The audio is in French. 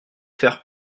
faire